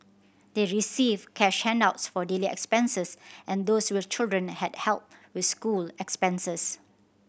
they received cash handouts for daily expenses and those with children had help with school expenses